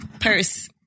purse